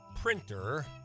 printer